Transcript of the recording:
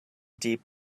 deep